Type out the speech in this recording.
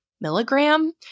milligram